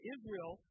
Israel